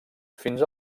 fins